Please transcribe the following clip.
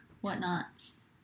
whatnots